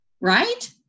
right